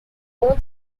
own